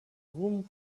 ruhm